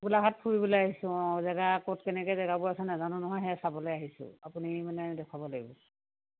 গোলাঘাট ফুৰিবলৈ আহিছোঁ অঁ ক'ত কেনেকৈ জেগাবোৰ আছে নাজানো নহয় সেই চাবলৈ আহিছোঁ আপুনি মানে দেখুৱাব লাগিব